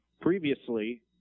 Previously